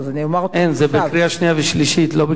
אין, זה בקריאה שנייה ושלישית, לא בקריאה ראשונה.